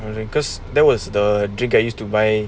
err because that was the drink I used to buy